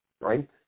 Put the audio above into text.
right